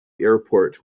airport